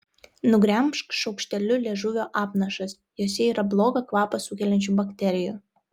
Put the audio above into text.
nugremžk šaukšteliu liežuvio apnašas jose yra blogą kvapą sukeliančių bakterijų